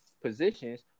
positions